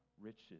riches